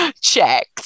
Checks